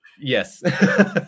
Yes